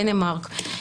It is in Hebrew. דנמרק,